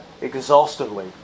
exhaustively